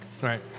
Right